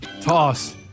Toss